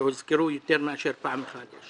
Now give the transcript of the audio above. שהוזכרו יותר מאשר פעם אחת.